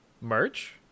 merch